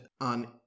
on